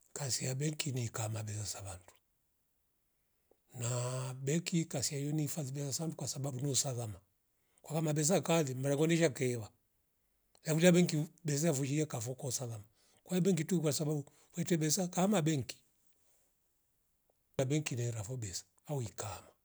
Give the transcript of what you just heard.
Kasi ya benki ni kaba besa vandu na benki kasi ya yuni fazibia nasam kwasababu mwe sashazama kwala mabesa kali mrekolisha tewa nalisha benki vu besa vushie kavoko kosava kwai benki tu kwasababu yete besa kama benki. Abenki rela vo besa au iikama